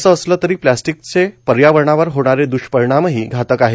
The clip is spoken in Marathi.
असं असले तरी प्लास्टीकचे पर्यावरणावर होणारे द्रष्परिणामही घातक आहेत